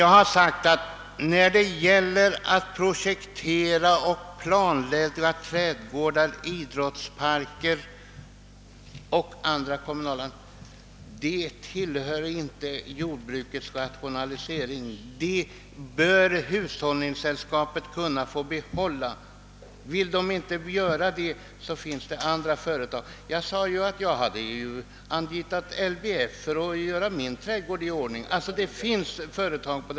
Jag har däremot sagt att projektering och planläggning av trädgårdar samt idrottsparker och andra kommunala anläggningar inte faller inom jordbrukets rationalisering; sådan verksamhet bör hushållningssällskapen kunna få behålla. Vill de inte göra det, finns det andra företag. Jag nämnde att jag har anlitat LBF för att göra min trädgård i ordning.